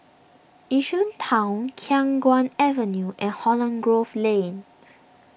Yishun Town Khiang Guan Avenue and Holland Grove Lane